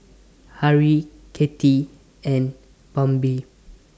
Harrie Katy and Bambi